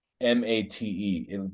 m-a-t-e